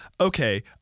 Okay